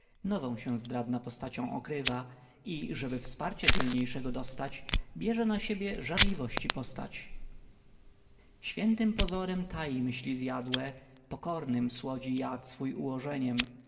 nową się zdradna postacią okrywa i żeby wsparcia dzielniejszego dostać bierze na siebie żarliwości postać świętym pozorem tai myśli zjadłe pokornem słodzi jad swój ułożeniem